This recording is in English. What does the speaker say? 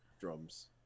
drums